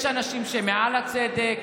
יש אנשים שהם מעל הצדק?